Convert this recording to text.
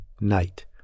night